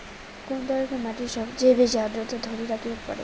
কুন ধরনের মাটি সবচেয়ে বেশি আর্দ্রতা ধরি রাখিবার পারে?